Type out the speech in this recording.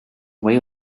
way